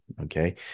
okay